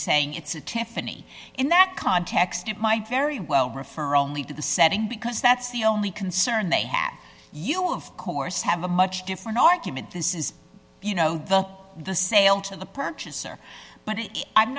saying it's a to fany in that context it might very well refer only to the setting because that's the only concern they have you of course have a much different argument this is you know the the sale to the purchaser but i'm